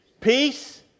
peace